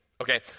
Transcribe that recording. Okay